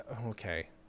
okay